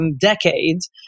decades